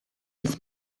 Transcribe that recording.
his